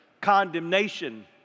condemnation